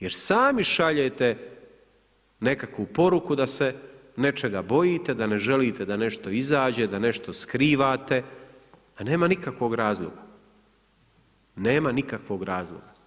Jer sami šaljete nekakvu poruku da se nečega bojite, da ne želite da nešto izađe, da nešto skrivate, a nema nikakvog razloga, nema nikakvog razloga.